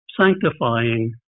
sanctifying